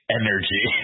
energy